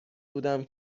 بودم